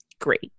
Great